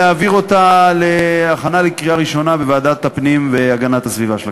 להעביר אותה להכנה לקריאה ראשונה בוועדת הפנים והגנת הסביבה של הכנסת.